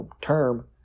term